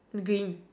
green